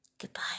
Goodbye